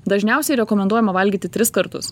dažniausiai rekomenduojama valgyti tris kartus